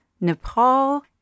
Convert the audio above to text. Nepal